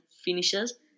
finishes